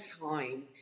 time